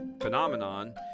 phenomenon